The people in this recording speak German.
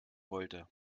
wollte